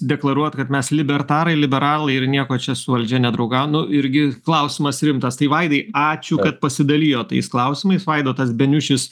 deklaruot kad mes libertarai liberalai ir nieko čia su valdžia nedraugau nu irgi klausimas rimtas tai vaidai ačiū kad pasidalijot tais klausimais vaidotas beniušis